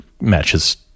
matches